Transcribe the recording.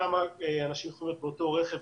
כמה אנשים צריכים להיות באותו רכב,